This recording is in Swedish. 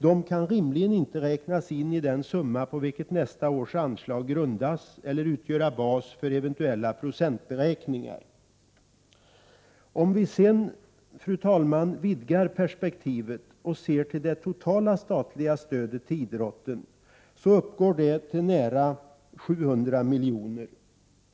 De kan rimligen inte räknas in i den summa på vilken nästa års anslag grundas eller utgöra bas för eventuella procentberäkningar. Fru talman! Om vi sedan vidgar perspektivet och ser till det totala statliga stödet till idrotten, finner vi att detta uppgår till nära 700 milj.kr.